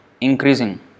increasing